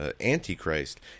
antichrist